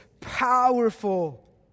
powerful